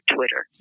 Twitter